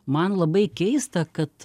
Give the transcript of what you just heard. man labai keista kad